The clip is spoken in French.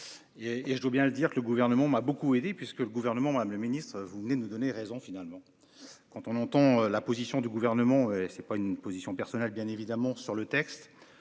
et je dois bien le dire, que le gouvernement m'a beaucoup aidé, puisque le gouvernement Madame le Ministre vous venez nous donner raison finalement quand on entend la position du gouvernement, c'est pas une position personnelle bien évidemment sur le texte